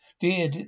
Dear